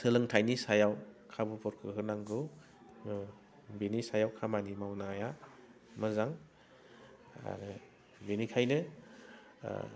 सोलोंथाइनि सायाव खाबुफोरखौ होनांगौ बिनि सायाव खामानि मावनाया मोजां आरो बिनिखायनो